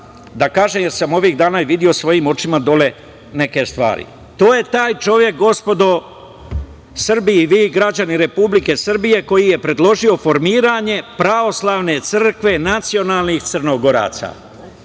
da kažem, jer sam ovih dana i video svojim očima dole neke stvari. To je taj čovek, gospodo Srbi i vi građani Republike Srbije, koji je predložio formiranje pravoslavne crkve nacionalnih Crnogoraca.